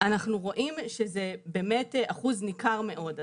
אנחנו רואים שזה אחוז ניכר מאוד.